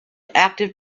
active